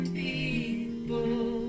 people